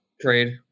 trade